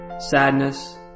sadness